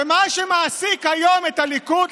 ומה שמעסיק היום את הליכוד,